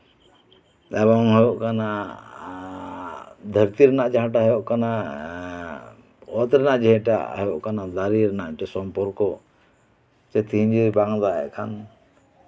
ᱮᱵᱚᱝ ᱦᱩᱭᱩᱜ ᱠᱟᱱᱟ ᱫᱷᱟᱹᱨᱛᱤ ᱨᱮᱭᱟᱜ ᱡᱟᱦᱟᱸᱴᱟᱜ ᱦᱩᱭᱩᱜ ᱠᱟᱱᱟ ᱚᱛ ᱨᱮᱭᱟᱜ ᱡᱮᱴᱟ ᱦᱩᱭᱩᱜ ᱠᱟᱱᱟ ᱫᱟᱨᱮ ᱨᱮᱭᱟᱜ ᱢᱤᱫᱴᱟᱱ ᱥᱚᱢᱯᱚᱨᱠᱚ ᱛᱮᱦᱤᱧ ᱡᱩᱫᱤ ᱵᱟᱝ ᱮ ᱫᱟᱜ ᱮᱫ ᱠᱟᱱ